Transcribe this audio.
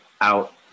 out